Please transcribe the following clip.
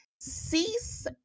cease